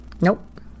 Nope